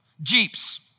Jeeps